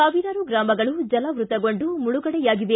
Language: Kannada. ಸಾವಿರಾರು ಗ್ರಾಮಗಳು ಜಲಾವೃತಗೊಂಡು ಮುಳುಗಡೆಯಾಗಿವೆ